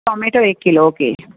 tomato एक kilo okay